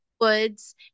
woods